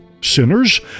sinners